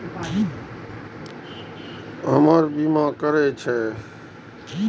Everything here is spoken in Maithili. हमरो बीमा करीके छः?